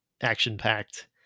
action-packed